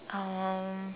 um